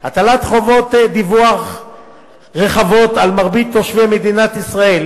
הטלת חובות דיווח רחבות על מרבית תושבי מדינת ישראל